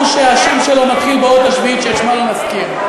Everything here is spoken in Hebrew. ההוא שהשם שלו מתחיל באות השביעית שאת שמה לא נזכיר.